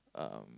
um